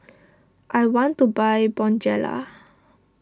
I want to buy Bonjela